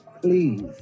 please